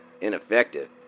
Ineffective